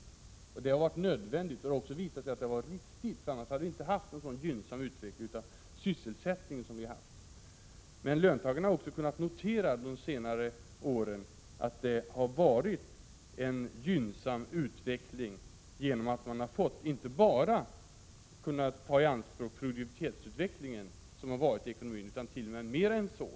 Det har varit nödvändigt, och det har också visat sig att det har varit riktigt. Det skulle annars inte ha blivit en så gynnsam utveckling av sysselsättningen som den vi har haft. Löntagarna har emellertid också under de senare åren kunnat notera att det har varit en gynnsam utveckling. Man har inte bara kunnat ta i anspråk den produktivitetsutveckling som har varit i ekonomin, utan t.o.m. mer än så.